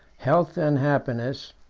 health and happiness,